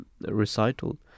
recital